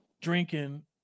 drinking